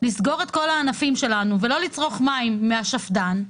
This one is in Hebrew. לסגור את כל הענפים שלנו ולא לצרוך מים מהשפד"ן,